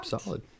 Solid